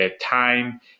time